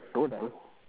show them